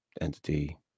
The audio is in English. entity